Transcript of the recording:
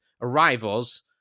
arrivals